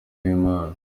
bw’imana